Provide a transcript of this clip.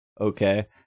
okay